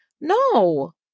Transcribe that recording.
no